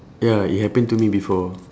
ya it happened to me before